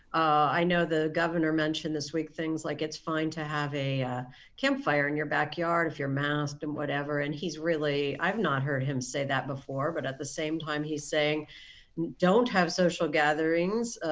i know the governor mentioned this week things like it's fine to have a campfire in your backyard if you're masked and whatever and he's really i've not heard him say that before but at the same time he's saying don't have social gatherings.